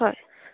হয়